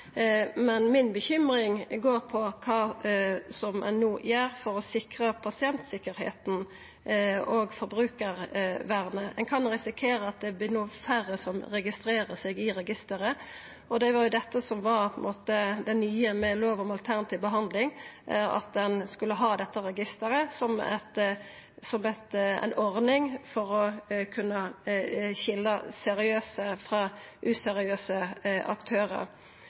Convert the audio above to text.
men mi bekymring går på kva ein no gjer for å sikra pasientsikkerheita og forbrukarvernet. Ein kan risikera at det no vert færre som registrerer seg i registeret, og det var jo dette som var det nye med lov om alternativ behandling, at ein skulle ha dette registeret som ei ordning for å kunna skilja seriøse frå useriøse aktørar.